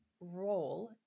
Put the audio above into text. role